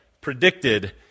predicted